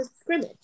scrimmage